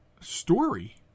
story